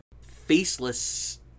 faceless